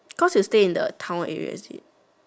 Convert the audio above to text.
because you stay in the town area is it